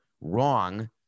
wrong